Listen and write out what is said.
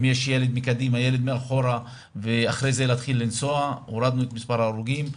יש ילד מקדימה או ילד מאחור ולאחר מכן להתחיל לנסוע ומספר ההרוגים ירד,